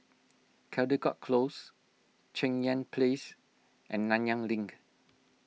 Caldecott Close Cheng Yan Place and Nanyang Link